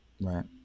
Right